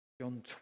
John